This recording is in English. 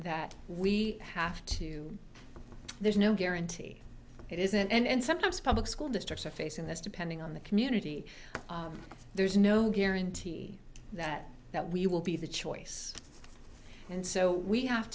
that we have to there's no guarantee it isn't and sometimes public school districts are facing this depending on the community there's no guarantee that that we will be the choice and so we have